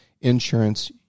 insurance